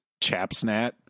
Chapsnat